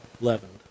leavened